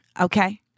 Okay